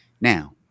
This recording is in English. Now